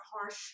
harsh